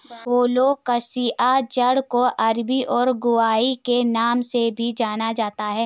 colocasia जड़ को अरबी और घुइआ के नाम से भी जाना जाता है